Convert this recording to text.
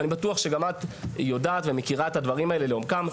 ואני בטוח שגם את יודעת ומכירה את הדברים האלה לעומקם.